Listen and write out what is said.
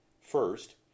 First